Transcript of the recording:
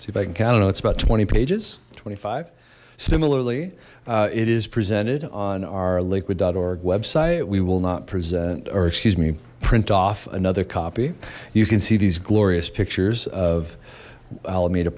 see if i can count oh no it's about twenty pages twenty five similarly it is presented on our liquid org website we will not present or excuse me print off another copy you can see these glorious pictures of alameda